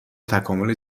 تکامل